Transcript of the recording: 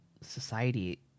society